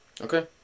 Okay